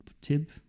tip